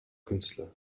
künstler